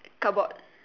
cupboard